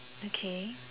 okay